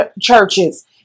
churches